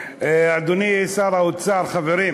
אדוני שר האוצר, חברים,